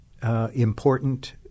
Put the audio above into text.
Important